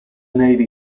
navy